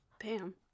Bam